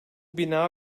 bina